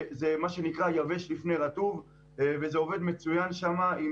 זה מה שנקרא יבש לפני רטוב וזה עובד מצוין שם עם